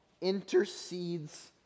intercedes